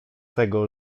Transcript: tego